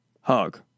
Hug